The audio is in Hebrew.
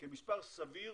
כמספר סביר